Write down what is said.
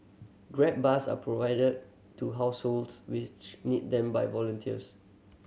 grab bars are provided to households which need them by volunteers